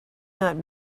not